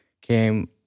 came